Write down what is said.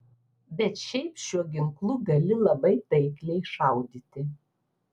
bet šiaip šiuo ginklu gali labai taikliai šaudyti